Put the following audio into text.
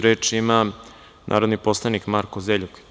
Reč ima narodni poslanik Marko Zeljug.